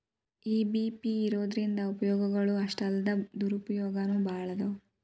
EBP ಇರೊದ್ರಿಂದಾ ಉಪಯೊಗಗಳು ಅಷ್ಟಾಲ್ದ ದುರುಪಯೊಗನೂ ಭಾಳದಾವ್